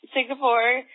Singapore